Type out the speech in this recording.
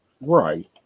Right